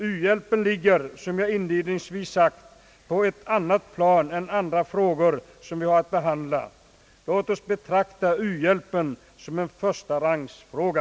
U-hjälpen ligger — som jag inledningsvis har sagt — på ett annat plan än andra frågor som vi har att behandla. Låt oss betrakta uhjälpen som en förstahandsfråga.